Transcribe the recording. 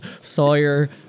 sawyer